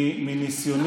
סתם,